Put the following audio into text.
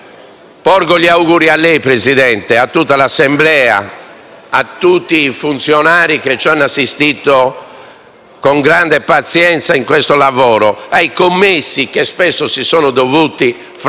Porgo gli auguri a lei, signor Presidente, a tutta l'Assemblea e a tutti i funzionari che ci hanno assistito con grande pazienza in questo lavoro, agli assistenti parlamentari, che spesso si sono dovuti frapporre,